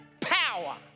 power